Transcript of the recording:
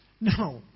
No